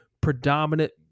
predominant